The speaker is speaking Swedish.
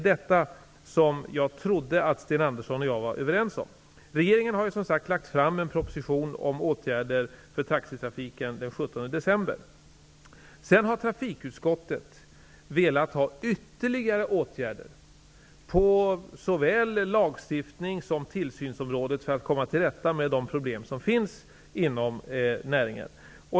Detta trodde jag att Sten Andersson och jag var överens om. Regeringen lade ju som sagt fram en proposition om åtgärder när det gäller taxitrafiken den 17 december. Trafikutskottet ville ha ytterligare åtgärder på såväl lagstiftnings som tillsynsområdet för att komma till rätta med de problem som finns inom näringen.